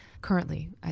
Currently